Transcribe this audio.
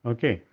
Okay